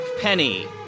Penny